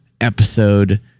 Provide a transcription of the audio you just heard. episode